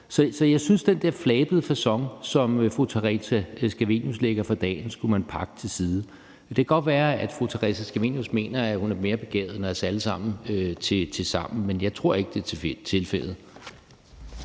skulle pakke den der flabede facon, som fru Theresa Scavenius lægger for dagen, sammen. Det kan godt være, at fru Theresa Scavenius mener, at hun er mere begavet end os alle sammen tilsammen, men jeg tror ikke, det er tilfældet.